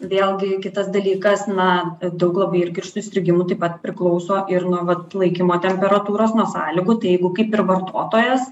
vėlgi kitas dalykas na daug labai irgi ir susirgimų taip pat priklauso ir nuo vat laikymo temperatūros nuo sąlygų tai jeigu kaip ir vartotojas